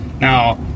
Now